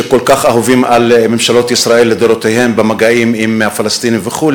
שכל כך אהובים על ממשלות ישראל לדורותיהן במגעים עם הפלסטינים וכו',